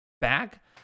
back